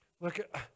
look